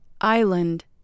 island